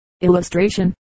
Illustration